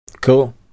Cool